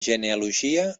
genealogia